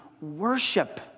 worship